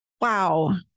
Wow